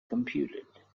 computed